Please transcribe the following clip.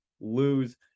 lose